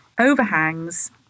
overhangs